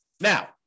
Now